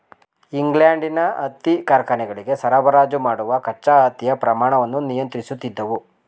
ಇಂಗ್ಲೆಂಡಿನ ಹತ್ತಿ ಕಾರ್ಖಾನೆಗಳಿಗೆ ಸರಬರಾಜು ಮಾಡುವ ಕಚ್ಚಾ ಹತ್ತಿಯ ಪ್ರಮಾಣವನ್ನು ನಿಯಂತ್ರಿಸುತ್ತಿದ್ದವು